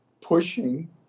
pushing